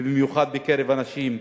ובמיוחד בקרב הנשים,